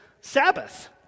Sabbath